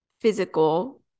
physical